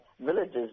villages